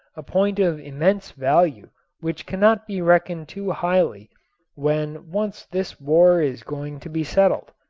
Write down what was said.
a point of immense value which cannot be reckoned too highly when once this war is going to be settled.